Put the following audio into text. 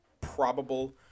probable